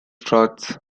frauds